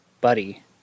buddy